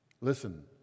listen